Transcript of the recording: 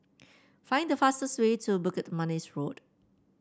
find the fastest way to Bukit Manis Road